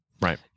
Right